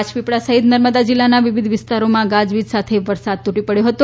રાજ ી ળા સહિત નર્મદા જિલ્લાના વિવિધ વિસ્તારોમાં ગાજવીજ સાથે વરસાદ તૂટી ડયો હતો